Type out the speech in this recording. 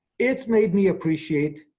it's made me appreciate,